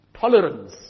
tolerance